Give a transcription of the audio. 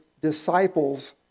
disciples